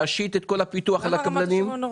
להשית את כל הפיתוח על הקבלנים.